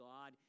God